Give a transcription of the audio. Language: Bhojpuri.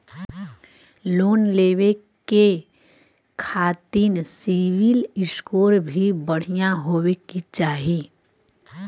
लोन लेवे के खातिन सिविल स्कोर भी बढ़िया होवें के चाही?